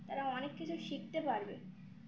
তারা অনেক কিছু শিখতে পারবে